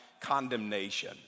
condemnation